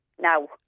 now